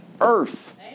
earth